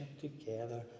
together